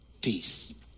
Peace